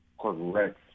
Correct